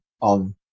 on